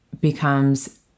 becomes